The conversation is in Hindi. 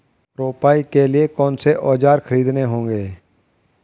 रोपाई के लिए कौन से औज़ार खरीदने होंगे?